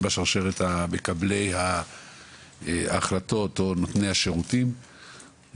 בשרשרת מקבלי ההחלטות או נותני השירותים,